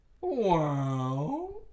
Wow